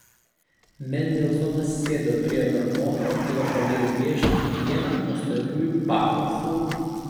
mendelsonas sėdo prie vargonų ir pradėjo griežti vieną nuostabiųjų bacho fugų